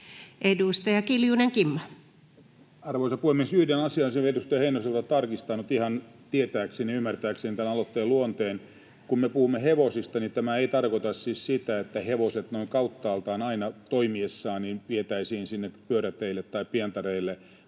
13:18 Content: Arvoisa puhemies! Yhden asian olisin edustaja Heinoselta tarkistanut ihan tietääkseni, ymmärtääkseni tämän aloitteen luonteen: kun me puhumme hevosista, niin tämä ei tarkoita siis sitä, että hevoset noin kauttaaltaan, aina toimiessaan, vietäisiin sinne pyöräteille tai pientareille,